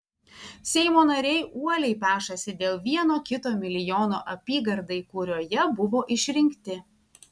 seimo nariai uoliai pešasi dėl vieno kito milijono apygardai kurioje buvo išrinkti